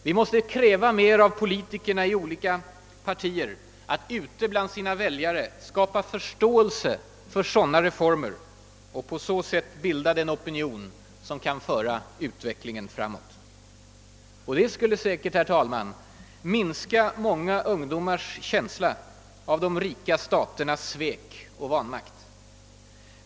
Vi måste kräva mer av politikerna i olika partier att ute bland sina väljare skapa förståelse för sådana reformer och på så sätt bilda den opinion som kan föra utvecklingen framåt. Och det skulle säkert minska många ungdomars känsla av de rika staternas svek och vanmakt.